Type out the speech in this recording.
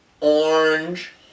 Orange